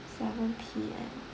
seven P_M